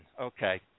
Okay